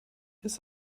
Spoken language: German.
ist